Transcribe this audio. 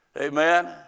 Amen